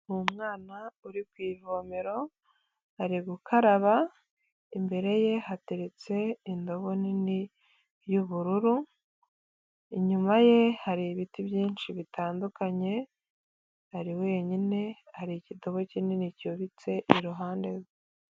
Umwana uri ku ivomero ari gukaraba imbere ye hateretse indobo nini y'ubururu, inyuma ye hari ibiti byinshi bitandukanye ari wenyine hari igitabobo kinini cyubitse iruhande rwe.